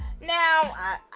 now